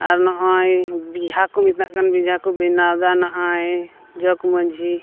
ᱟᱨ ᱱᱚᱜᱼᱚᱭ ᱵᱮᱡᱷᱟ ᱠᱚ ᱢᱮᱛᱟᱜ ᱠᱟᱱ ᱵᱮᱡᱷᱟ ᱠᱚ ᱵᱮᱱᱟᱣ ᱮᱫᱟ ᱱᱚᱜᱼᱚᱭ ᱡᱚᱜᱽ ᱢᱟᱺᱡᱷᱤ